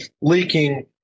leaking